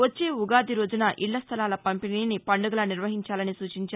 వచ్చే ఉగాది రోజున ఇళ్ల స్థలాల పంపిణీని పండుగలా నిర్వహించాలని సూచించారు